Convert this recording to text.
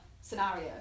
scenario